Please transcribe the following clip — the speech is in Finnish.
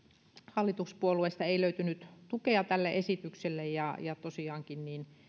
hallituspuolueista ei löytynyt tukea tälle esitykselle tosiaankin